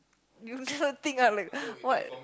you never think ah like what